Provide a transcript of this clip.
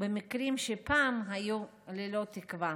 במקרים שפעם היו ללא תקווה.